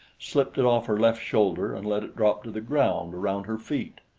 slipped it off her left shoulder and let it drop to the ground around her feet.